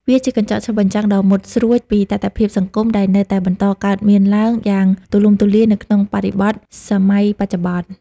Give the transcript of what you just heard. វាជាកញ្ចក់ឆ្លុះបញ្ចាំងដ៏មុតស្រួចពីតថភាពសង្គមដែលនៅតែបន្តកើតមានឡើងយ៉ាងទូលំទូលាយនៅក្នុងបរិបទសម័យបច្ចុប្បន្ន។